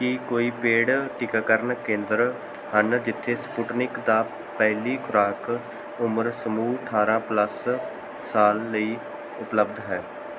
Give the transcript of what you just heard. ਕੀ ਕੋਈ ਪੇਡ ਟੀਕਾਕਰਨ ਕੇਂਦਰ ਹਨ ਜਿੱਥੇ ਸਪੁਟਨਿਕ ਦਾ ਪਹਿਲੀ ਖੁਰਾਕ ਉਮਰ ਸਮੂਹ ਅਠਾਰਾਂ ਪਲਸ ਸਾਲ ਲਈ ਉਪਲਬਧ ਹੈ